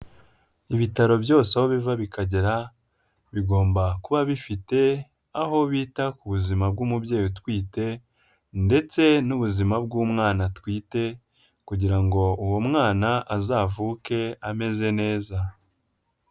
Ibitaro byose aho biva bikagera bigomba kuba bifite aho bita ku buzima bw'umubyeyi utwite ndetse n'ubuzima bw'umwana atwite kugira ngo uwo mwana azavuke ameze neza.